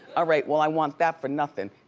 ah right, well, i want that for nothin'.